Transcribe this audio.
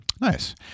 nice